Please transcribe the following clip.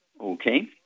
Okay